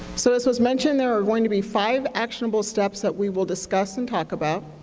so, as was mentioned, there are going to be five actionable steps that we will discuss and talk about.